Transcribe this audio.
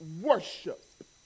worship